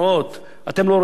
אתם לא רואים מה קורה בארץ?